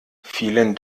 vielen